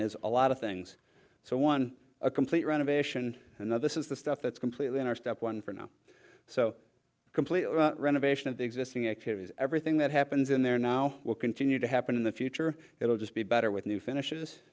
has a lot of things so one a complete renovation and this is the stuff that's completely in our step one for now so complete renovation of the existing everything that happens in there now will continue to happen in the future it will just be better with new finishes